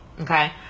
okay